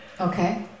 Okay